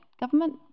government